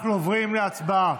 אנחנו עוברים להצבעה.